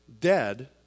dead